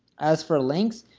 as for length,